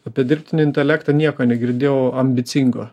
apie dirbtinį intelektą nieko negirdėjau ambicingo